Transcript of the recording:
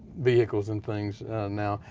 vehicles and things now.